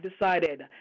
decided